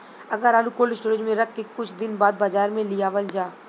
अगर आलू cold storage में रख के कुछ दिन बाद बाजार में लियावल जा?